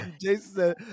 Jason